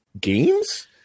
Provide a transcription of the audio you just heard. games